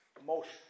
Emotion